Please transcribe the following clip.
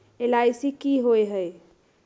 LIC की होअ हई?